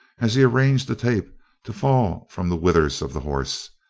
as he arranged the tape to fall from the withers of the horse,